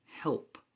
help